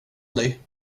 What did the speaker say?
dig